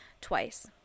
Twice